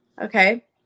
Okay